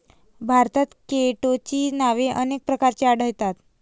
भारतात केटोची नावे अनेक प्रकारची आढळतात